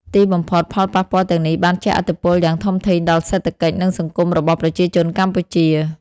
ទីបំផុត ផលប៉ះពាល់ទាំងនេះបានជះឥទ្ធិពលយ៉ាងធំធេងដល់សេដ្ឋកិច្ច និងសង្គមរបស់ប្រជាជនកម្ពុជា។